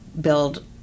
build